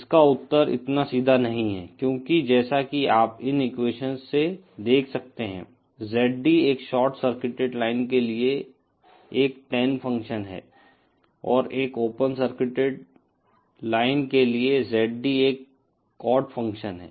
इसका उत्तर इतना सीधा नहीं है क्योंकि जैसा कि आप इन एक्वेशन्स से देख सकते हैं ZD एक शॉर्ट सर्किटेड लाइन के लिए एक टैन फ़ंक्शन है और एक ओपन सर्किटेड लाइन के लिए ZD एक कॉट फ़ंक्शन है